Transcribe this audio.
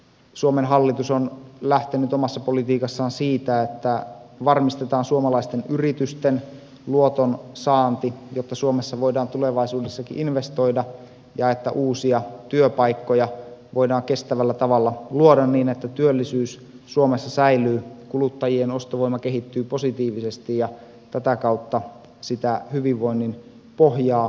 suomen hallitus on lähtenyt omassa politiikassaan siitä että varmistetaan suomalaisten yritysten luotonsaanti jotta suomessa voidaan tulevaisuudessakin investoida ja että uusia työpaikkoja voidaan kestävällä tavalla luoda niin että työllisyys suomessa säilyy kuluttajien ostovoima kehittyy positiivisesti ja tätä kautta sitä hyvinvoinnin pohjaa riittää